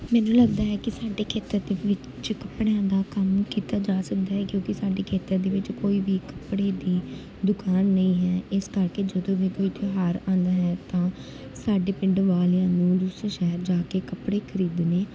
ਮੈਨੂੰ ਲੱਗਦਾ ਹੈ ਕਿ ਸਾਡੇ ਖੇਤਰ ਦੇ ਵਿੱਚ ਕੱਪੜਿਆਂ ਦਾ ਕੰਮ ਕੀਤਾ ਜਾ ਸਕਦਾ ਹੈ ਕਿਉਂਕਿ ਸਾਡੇ ਖੇਤਰ ਦੇ ਵਿੱਚ ਕੋਈ ਵੀ ਕੱਪੜੇ ਦੀ ਦੁਕਾਨ ਨਹੀਂ ਹੈ ਇਸ ਕਰਕੇ ਜਦੋਂ ਵੀ ਕੋਈ ਤਿਉਹਾਰ ਆਉਂਦਾ ਹੈ ਤਾਂ ਸਾਡੇ ਪਿੰਡ ਵਾਲਿਆਂ ਨੂੰ ਦੂਸਰੇ ਸ਼ਹਿਰ ਜਾ ਕੇ ਕੱਪੜੇ ਖਰੀਦਣੇ